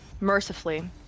Mercifully